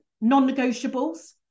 non-negotiables